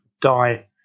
die